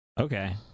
Okay